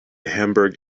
hamburg